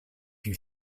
you